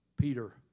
Peter